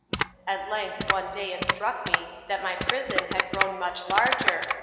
at length one day it struck me that my prison had grown much larger,